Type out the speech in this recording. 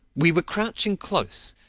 we were crouching close,